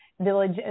Village